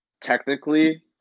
technically